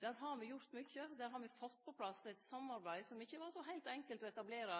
Der har me gjort mykje. Der har me fått på plass eit samarbeid som ikkje var så heilt enkelt å etablere